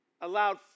allowed